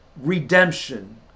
redemption